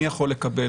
מי יכול לקבל.